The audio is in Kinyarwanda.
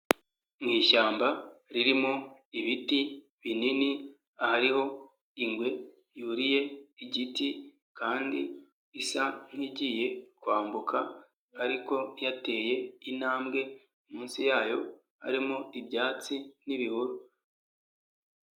Mu ishyamba ririmo ibiti binini, ahariho ingwe yuriye igiti kandi isa nk'igiye kwambuka ariko yateye intambwe, munsi yayo harimo ibyatsi n'ibihuru.